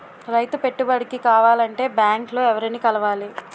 రైతు పెట్టుబడికి కావాలంటే బ్యాంక్ లో ఎవరిని కలవాలి?